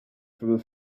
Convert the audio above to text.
through